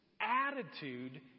attitude